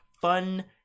fun